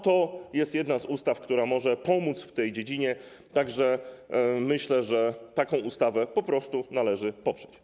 To jest jedna z ustaw, która może pomóc w tym zakresie, tak że myślę, że taką ustawę po prostu należy poprzeć.